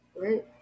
Right